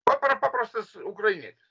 papra paprastas ukrainietis